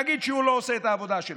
נגיד שהוא לא עושה את העבודה שלו,